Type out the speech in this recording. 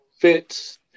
fits